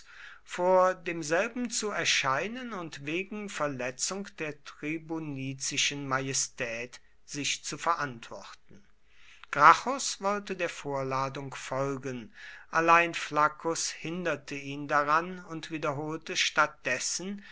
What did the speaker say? vor demselben zu erscheinen und wegen verletzung der tribunizischen majestät sich zu verantworten gracchus wollte der vorladung folgen allein flaccus hinderte ihn daran und wiederholte stattdessen den